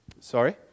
sorry